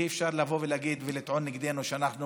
אי-אפשר לבוא ולהגיד ולטעון נגדנו שאנחנו